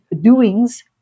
doings